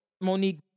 Monique